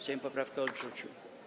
Sejm poprawkę odrzucił.